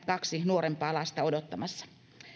kaksi nuorempaa lasta odottamassa